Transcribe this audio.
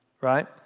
Right